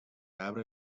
abre